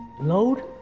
load